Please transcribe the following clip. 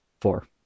Four